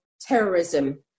terrorism